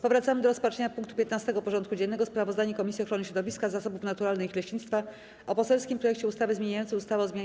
Powracamy do rozpatrzenia punktu 15. porządku dziennego: Sprawozdanie Komisji Ochrony Środowiska, Zasobów Naturalnych i Leśnictwa o poselskim projekcie ustawy zmieniającej ustawę o zmianie